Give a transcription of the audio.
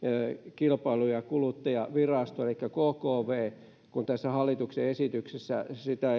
kilpailu ja kuluttajavirasto elikkä kkv kun tässä hallituksen esityksessä